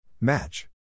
Match